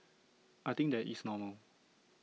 I think that is normal